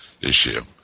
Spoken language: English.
issue